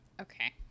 Okay